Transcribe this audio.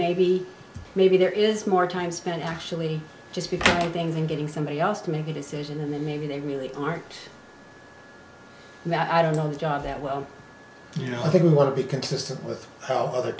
maybe maybe there is more time spent actually just because things and getting somebody else to make a decision that maybe they really aren't that i don't know the job that well you know i think we want to be consistent with o